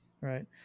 Right